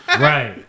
right